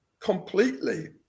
completely